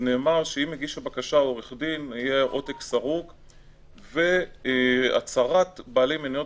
שבו נאמר שאם מגיש הבקשה הוא עורך דין יהיה עותק סרוק והצהרת בעלי מניות